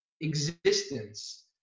existence